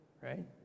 right